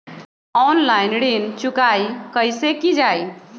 Online ऋण चुकाई कईसे की ञाई?